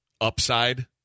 upside